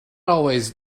always